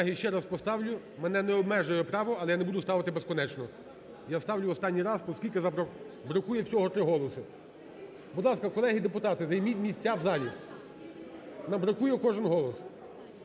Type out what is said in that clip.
Колеги, ще раз поставлю, мене не обмежує право, але я буду ставити безкінечно. Я ставлю останній раз, оскільки бракує всього три голоси. Будь ласка, колеги депутати, займіть місця в залі, нам бракує кожен голос.